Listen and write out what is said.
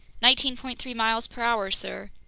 nineteen point three miles per hour, sir.